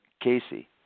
Casey